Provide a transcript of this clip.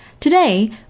Today